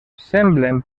semblen